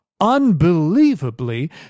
unbelievably